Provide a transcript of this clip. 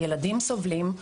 הילדים סובלים.